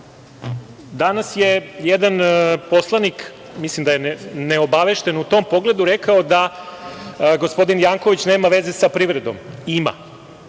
Danas je jedan poslanik, mislim da je neobavešten u tom pogledu, rekao da gospodin Janković nema veze sa privredom. Ima.